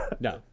No